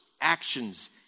actions